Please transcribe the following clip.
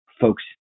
folks